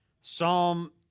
Psalm